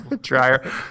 Dryer